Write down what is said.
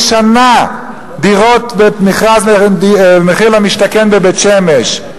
שנה דירות למכרז מחיר למשתכן בבית-שמש.